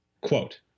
quote